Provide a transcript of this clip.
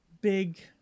big